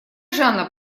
жанна